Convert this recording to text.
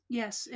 yes